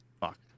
Fuck